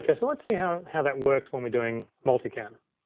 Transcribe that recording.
yeah so let's see how how that works when we're doing multicam.